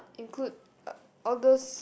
include uh all those